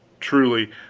truly,